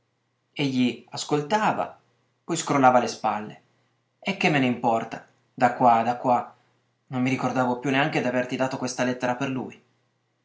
uniti egli ascoltava poi scrollava le spalle e che me n'importa da qua da qua non mi ricordavo più neanche d'averti dato questa lettera per lui